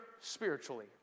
spiritually